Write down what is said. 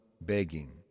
begging